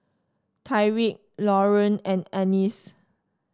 Tyriq Lauryn and Annice